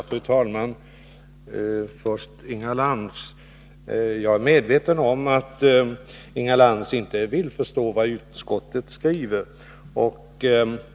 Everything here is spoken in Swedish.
Fru talman! Jag är medveten om att Inga Lantz inte vill förstå vad utskottet skriver.